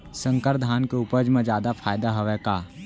संकर धान के उपज मा जादा फायदा हवय का?